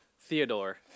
Theodore